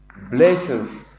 blessings